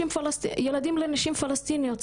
ילדים לנשים פלסטיניות,